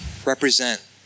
Represent